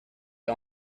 est